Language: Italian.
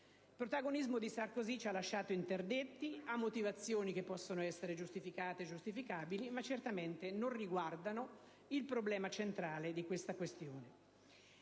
Il protagonismo di Sarkozy ci ha lasciato interdetti; ha motivazioni che possono essere giustificate e giustificabili, ma che certamente non riguardano il problema centrale di tale questione.